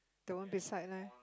the one beside there